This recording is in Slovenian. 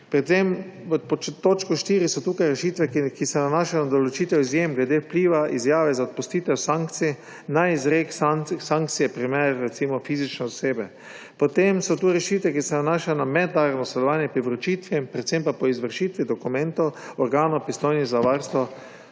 Pod točko 4 so tukaj rešitve, ki se nanašajo na določitev izjem glede vpliva izjave za odpustitev sankcij na izrek sankcije fizični osebi. Potem so tu rešitve, ki se nanašajo na mednarodno sodelovanje pri vročitvi, predvsem pa izvršitvi dokumentov organov, pristojnih za varstvo